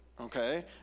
okay